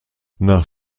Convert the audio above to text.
nach